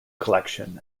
collection